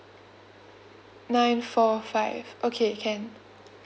nine four five okay can